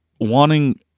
wanting